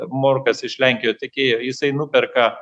morkas iš lenkijos tiekėjo jisai nuperka